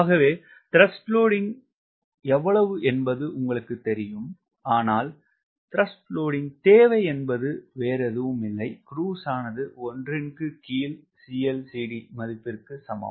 ஆகவே TW எவ்வளவு என்பது உங்களுக்கு தெரியும் ஆனால் TW தேவை என்பது வேறெதுவும் இல்லை க்ரூஸ் ஆனது 1 ன் கீழ் CLCD மதிப்பிற்கு சமம்